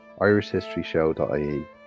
IrishHistoryShow.ie